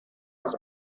als